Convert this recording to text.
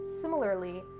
Similarly